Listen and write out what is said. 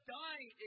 dying